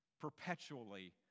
perpetually